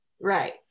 Right